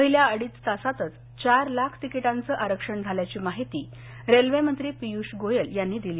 पहिल्या अडीच तासातच चार लाख तिकिटांच आरक्षण झाल्याची माहिती रेल्वेमंत्री पियुष गोयल यांनी दिली